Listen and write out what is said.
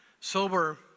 Sober